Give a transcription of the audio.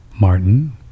Martin